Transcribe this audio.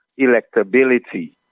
electability